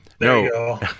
No